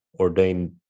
ordained